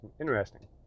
interesting